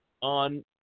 on